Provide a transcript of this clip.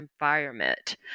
environment